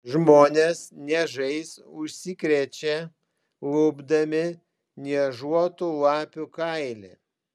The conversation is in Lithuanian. žmonės niežais užsikrečia lupdami niežuotų lapių kailį